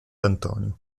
antonio